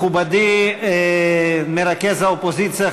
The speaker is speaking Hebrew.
מכובדי מרכז האופוזיציה,